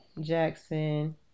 Jackson